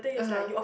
(uh huh)